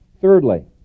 Thirdly